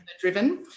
driven